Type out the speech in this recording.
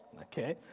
Okay